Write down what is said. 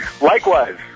Likewise